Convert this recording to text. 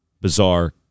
bizarre